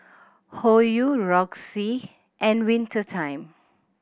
Hoyu Roxy and Winter Time